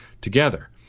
together